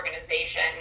organization